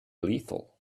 lethal